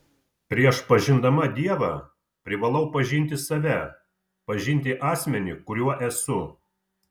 prieš pažindama dievą privalau pažinti save pažinti asmenį kuriuo esu